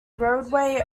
roadway